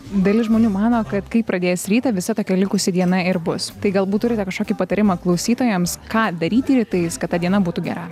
dalis žmonių mano kad kaip pradės rytą visa tokia likusi diena ir bus tai galbūt turite kažkokį patarimą klausytojams ką daryti rytais kad ta diena būtų gera